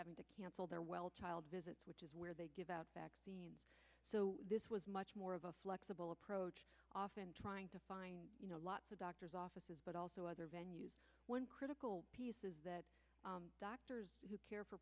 having to cancel their well child visits which is where they give out back so this was much more of a flexible approach often trying to find you know lots of doctor's offices but also other venue critical pieces that doctor's care for